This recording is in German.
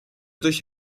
durch